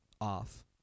off